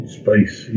space